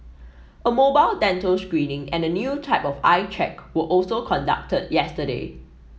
a mobile dental screening and a new type of eye check were also conducted yesterday